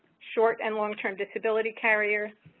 short and long-term disability carriers,